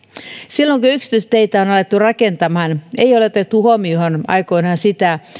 silloin kun aikoinaan yksityisteitä on alettu rakentamaan ei ole otettu huomioon sitä